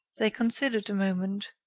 they considered a moment,